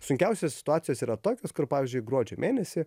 sunkiausios situacijos yra tokios kur pavyzdžiui gruodžio mėnesį